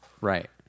right